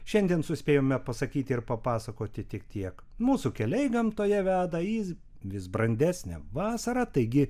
šiandien suspėjome pasakyti ir papasakoti tik tiek mūsų keliai gamtoje veda į vis brandesnę vasarą taigi